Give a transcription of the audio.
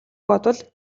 бодвол